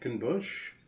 bush